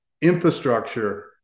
infrastructure